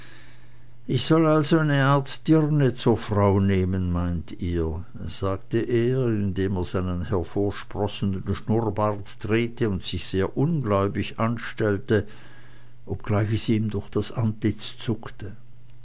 ich soll also eine art dirne zur frau nehmen meint ihr sagte er indem er seinen hervorsprossenden schnurrbart drehte und sich sehr ungläubig anstellte obgleich es ihm durch das antlitz zuckte